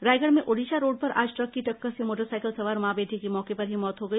रायगढ़ में ओडिशा रोड पर आज ट्रक की टक्कर से मोटरसाइकिल सवार मां बेटे की मौके पर ही मौत हो गई